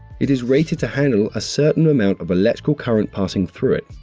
it is rated to handle a certain amount of electrical current passing through it,